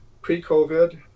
pre-COVID